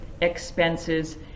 expenses